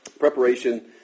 preparation